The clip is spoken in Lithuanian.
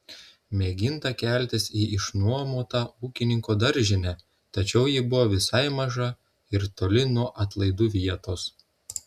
mėginta keltis į išnuomotą ūkininko daržinę tačiau ji buvo visai maža ir toli nuo atlaidų vietos